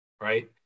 right